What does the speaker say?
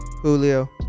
Julio